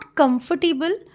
comfortable